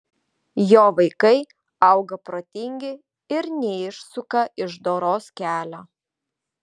jo vaikai auga protingi ir neišsuka iš doros kelio